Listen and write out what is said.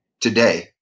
today